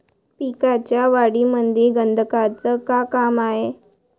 पिकाच्या वाढीमंदी गंधकाचं का काम हाये?